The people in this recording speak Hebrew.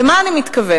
למה אני מתכוונת?